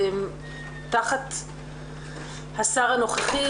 תחת השר הנוכחי,